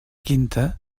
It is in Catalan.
quinta